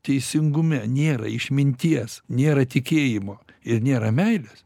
teisingume nėra išminties nėra tikėjimo ir nėra meilės